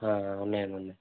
ఉన్నాయి అండి ఉన్నాయి